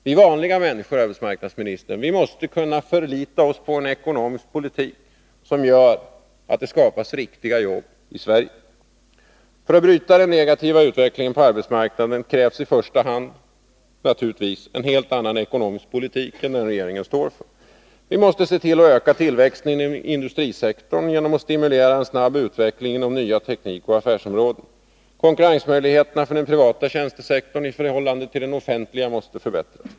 Vi vanliga människor, arbetsmarknadsministern, måste kunna förlita oss på en ekonomisk politik, som gör att det skapas riktiga jobb i Sverige. För att bryta den negativa utvecklingen på arbetsmarknaden krävs i första hand en helt annan ekonomisk politik än den regeringen står för. Vi måste se till att öka tillväxten inom industrisektorn genom att stimulera en snabb utveckling inom nya teknikoch affärsområden. Konkurrensmöjligheterna för den privata tjänstesektorn i förhållande till den offentliga måste förbättras.